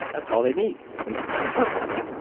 that's all they need and that's perfect.